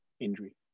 injury